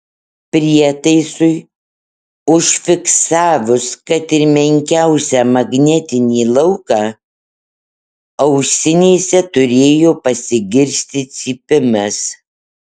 prietaisui užfiksavus kad ir menkiausią magnetinį lauką ausinėse turėjo pasigirsti cypimas